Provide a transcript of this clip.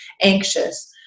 anxious